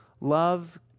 Love